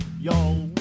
y'all